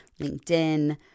LinkedIn